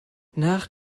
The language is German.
nach